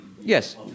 Yes